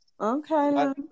okay